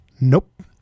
Nope